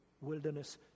wilderness